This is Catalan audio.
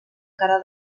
cara